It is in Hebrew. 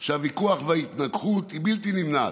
שבו הוויכוח וההתנגחות הם בלתי נמנעים.